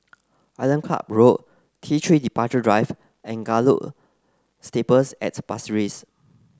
Island Club Road T three Departure Drive and Gallop Stables at Pasir Ris